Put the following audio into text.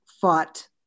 fought